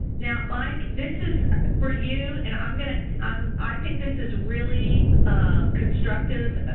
now, mike, this is for you. and i'm going to and um i think this is really constructive,